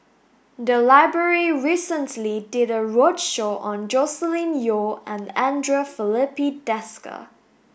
the library recently did a roadshow on Joscelin Yeo and Andre Filipe Desker